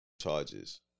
charges